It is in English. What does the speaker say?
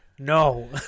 No